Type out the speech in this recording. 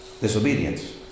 disobedience